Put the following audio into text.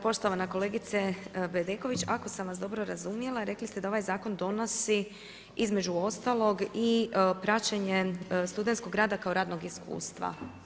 Poštovana kolegice Bedeković, ako sam vas dobro razumjela, rekli ste da ovaj zakon donosi između ostalog i praćenje studentskog rada kao radnog iskustva.